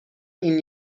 این